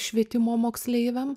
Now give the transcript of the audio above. švietimo moksleiviam